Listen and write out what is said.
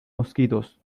mosquitos